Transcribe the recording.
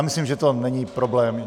Myslím, že to není problém.